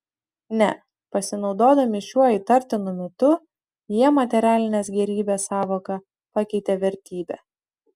ne pasinaudodami šiuo įtartinu mitu jie materialinės gėrybės sąvoką pakeitė vertybe